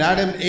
Adam